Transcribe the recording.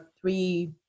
three